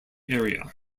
area